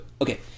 okay